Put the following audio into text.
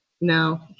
No